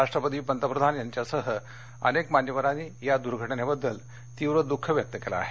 राष्ट्रपती पंतप्रधान यांच्यासह अनेक मान्यवरांनी या दुर्घटनेबद्दल तीव्र दुःख व्यक्त केलं आहे